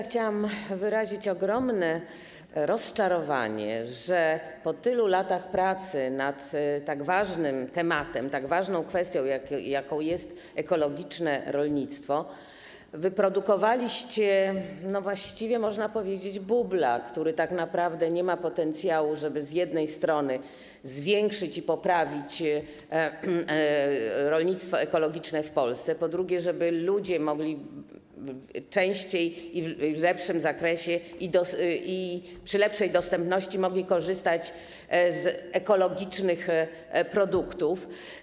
Chciałam wyrazić ogromne rozczarowanie, że po tylu latach pracy nad tak ważną kwestią, jaką jest ekologiczne rolnictwo, wyprodukowaliście właściwie, można powiedzieć, bubla, który tak naprawdę nie ma potencjału, żeby z jednej strony zwiększyć i poprawić rolnictwo ekologiczne w Polsce, a z drugiej sprawić, aby ludzie częściej, w większym zakresie i przy lepszej dostępności mogli korzystać z ekologicznych produktów.